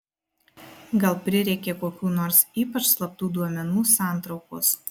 gal prireikė kokių nors ypač slaptų duomenų santraukos